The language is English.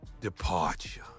departure